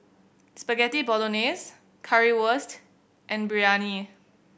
Spaghetti Bolognese Currywurst and Biryani